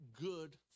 good